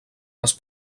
les